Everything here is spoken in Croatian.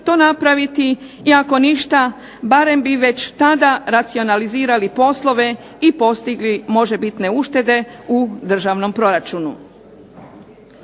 to napraviti i ako ništa, barem bi već tada racionalizirali poslove i postigli možebitne uštede u državnom proračunu.